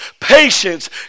patience